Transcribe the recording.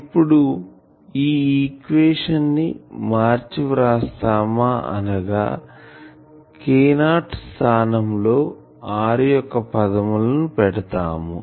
ఇప్పుడు ఈ equation ని మర్చివ్రాస్తాము అనగా K0 స్థానం లో r యొక్క పదములుని పెడతాము